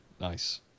Nice